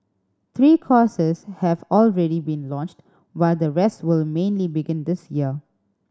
three courses have already been launched while the rest will mainly begin this year